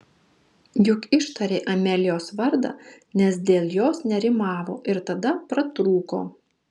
juk ištarė amelijos vardą nes dėl jos nerimavo ir tada pratrūko